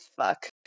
fuck